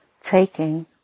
taking